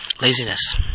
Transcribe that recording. laziness